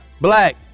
Black